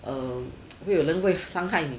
um 会有人来伤害你